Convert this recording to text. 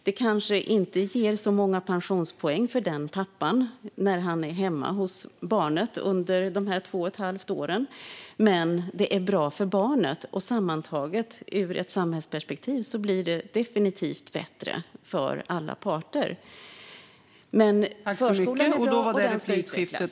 Det kanske inte ger så många pensionspoäng för den pappan när han är hemma hos barnet under dessa två och ett halvt år, men det är bra för barnet. Sammantaget blir det ur ett samhällsperspektiv definitivt bättre för alla parter. Förskolan är dock bra, och den ska utvecklas.